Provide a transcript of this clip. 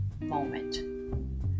moment